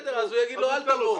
אז הוא ייתן לו שכר.